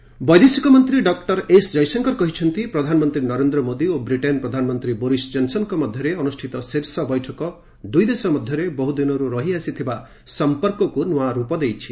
Jaishankar address ବୈଦେଶିକ ମନ୍ତ୍ରୀ doctor S Jaishankar କହିଛନ୍ତି ପ୍ରଧାନମନ୍ତ୍ରୀ ନରେନ୍ଦ୍ର ମୋଦୀ ଓ ବ୍ରିଟେନ ପ୍ରଧାନମନ୍ତ୍ରୀ ବୋରିସ ଜନ୍ସନ୍ଙ୍କ ମଧ୍ୟରେ ଅନୁଷ୍ଠିତ ଶୀର୍ଷ ବୈଠକ ଦୁଇଦେଶ ମଧ୍ୟରେ ବହୁଦିନରୁ ରହି ଆସିଥିବା ସମ୍ପର୍କକୁ ନୂଆ ରୂପ ଦେଇଛି